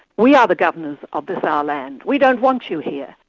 we are the governors of this our land we don't want you here.